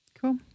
Cool